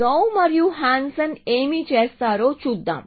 Zhou మరియు Hansen ఏమి చేస్తారో చూద్దాం